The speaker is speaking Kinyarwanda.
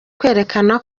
kwerekana